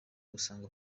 usanga